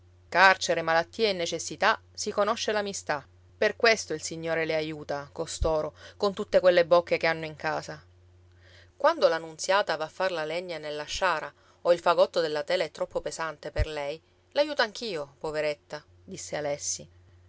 carcere malattie e necessità si conosce l'amistà per questo il signore le aiuta costoro con tutte quelle bocche che hanno in casa quando la nunziata va a far la legna nella sciara o il fagotto della tela è troppo pesante per lei l'aiuto anch'io poveretta disse alessi